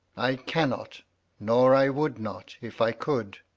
i cannot nor i would not, if i could.